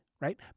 right